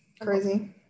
Crazy